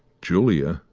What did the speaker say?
julia,